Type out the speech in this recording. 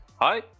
Hi